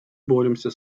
боремся